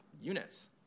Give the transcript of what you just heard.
units